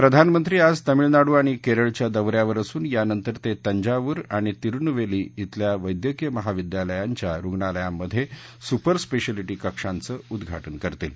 प्रधानमंत्री आज तमिळनाडू आणि केरळच्या दो यावर असून यानतर ते तंजावूर आणि तिरुनेलवेली धिल्या वैद्यकीय महाविद्यालयांच्या रुग्णालयांमधे सुपरस्पेशालिटी कक्षांचं उद्घाटन करतील